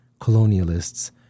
colonialists